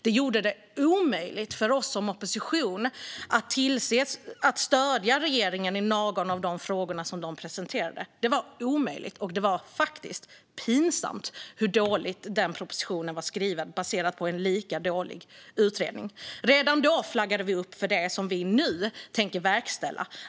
Detta gjorde det omöjligt för oss som opposition att stödja regeringen i någon av de frågor som man presenterade. Det var omöjligt, och det var faktiskt pinsamt hur dåligt den propositionen - som var baserad på en lika dålig utredning - var skriven. Redan då flaggade vi för det som vi nu tänker verkställa.